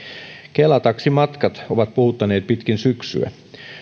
kela taksimatkat ovat puhuttaneet pitkin syksyä